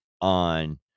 on